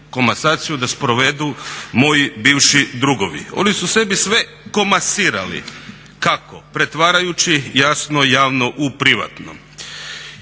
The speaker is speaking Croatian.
komasaciju sprovedu moji bivši drugovi. Oni su sebi sve komasirali. Kako? Pretvarajući jasno javno u privatno.